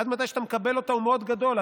עד שאתה מקבל אותה הוא מאוד גדול,